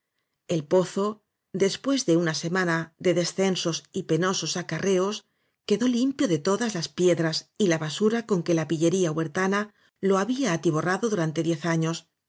el pozo después de una semana de descensos y penosos acarreos quedó limpio de todas las piedras y la basura con que la pillería huertana lo había atiborrado durante diez años